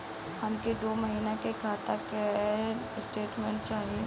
हमके दो महीना के खाता के स्टेटमेंट चाही?